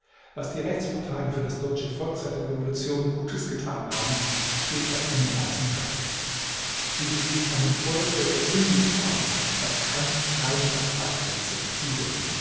was die rechtsparteien für das deutsche volk seit der revolution gutes getan haben steht auf einem weißen blatte wie sie sich an dem volk versündigt haben das kann kein plakatfeldzug zudecken